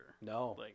No